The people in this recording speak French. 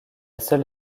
seule